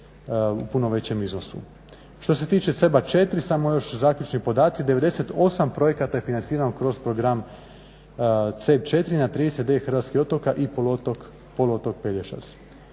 u puno većem iznosu. Što se tiče CEB-a 4 samo još zaključni podaci, 98 projekata je financirano kroz program CEB 4 na 39 hrvatskih otoka i poluotok Pelješac.